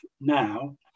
now